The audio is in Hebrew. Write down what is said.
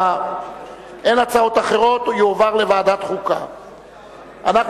אין הצעות אחרות, יועבר לוועדת החוקה, חוק ומשפט.